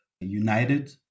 united